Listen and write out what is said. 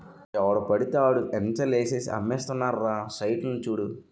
ఎవడు పెడితే ఆడే ఎంచర్లు ఏసేసి అమ్మేస్తున్నారురా సైట్లని చూడు